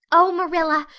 oh, marilla,